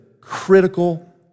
critical